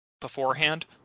beforehand